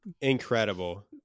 incredible